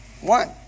One